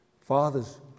Fathers